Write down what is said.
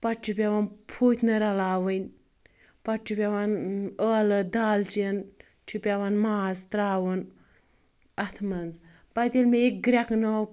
پَتہٕ چھِ پؠوان پھوٗتِنہٕ رَلاوٕنۍ پَتہٕ چھُ پؠوان ٲلہٕ دال چیٖن چھُ پؠوان ماز تَراوُن اَتھ منٛز پَتہٕ ییٚلہِ مےٚ یہِ گرؠکنو